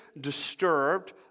disturbed